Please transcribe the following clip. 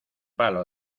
palo